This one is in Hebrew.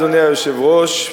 אדוני היושב-ראש,